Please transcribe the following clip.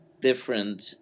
different